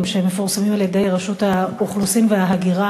שמתפרסמים על-ידי רשות האוכלוסין וההגירה,